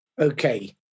Okay